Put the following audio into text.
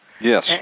Yes